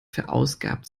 verausgabt